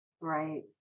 Right